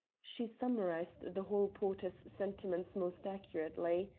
she summarised the hall-porter's sentiments most accurately.